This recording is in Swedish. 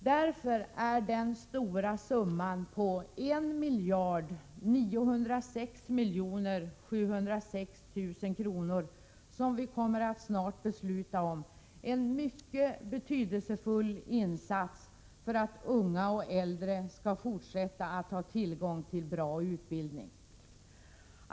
Därför kommer den stora summan 1 906 706 000 kr., som vi snart kommer att besluta om, att bli mycket betydelsefull för att unga och äldre i fortsättningen skall ha tillgång till bra utbildning.